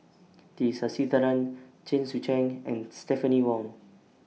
T Sasitharan Chen Sucheng and Stephanie Wong